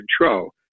control